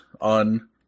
on